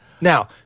Now